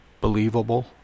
believable